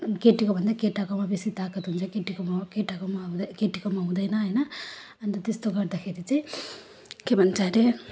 केटीको भन्दा केटाकोमा बेसी ताकत हुन्छ केटीकोमा केटाकोमा हुँदै केटीकोमा हुँदैन हैन अनि त त्यस्तो गर्दाखेरि चाहिँ के भन्छ अरे